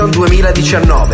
2019